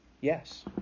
yes